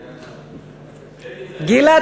גילה,